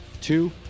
Two